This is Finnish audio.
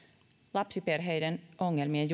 lapsiperheiden ongelmien